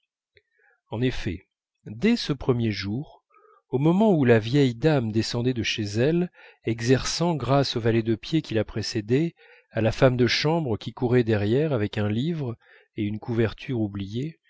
en effet dès ce premier jour au moment où la vieille dame descendait de chez elle exerçant grâce au valet de pied qui la précédait à la femme de chambre qui courait derrière avec un livre et une couverture oubliés